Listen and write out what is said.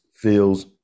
feels